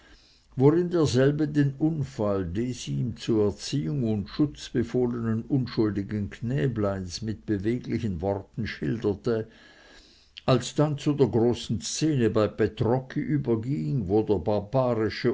worin derselbe den unfall des ihm zu erziehung und schatz befohlenen unschuldigen knäbleins mit beweglichen worten schilderte alsdann zu der großen szene bei petrocchi überging wo der barbarische